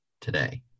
today